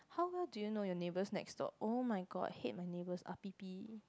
how well do you know your neighbors next door oh-my-god hate my neighbors